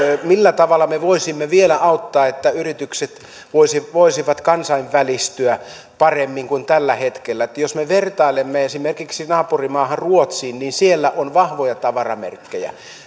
millä tavalla me voisimme vielä auttaa että yritykset voisivat voisivat kansainvälistyä paremmin kuin tällä hetkellä jos me vertailemme esimerkiksi naapurimaahan ruotsiin niin siellä on vahvoja tavaramerkkejä